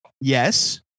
Yes